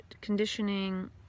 conditioning